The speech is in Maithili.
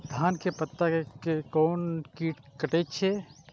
धान के पत्ता के कोन कीट कटे छे?